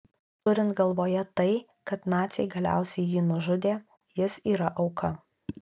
turint galvoje tai kad naciai galiausiai jį nužudė jis yra auka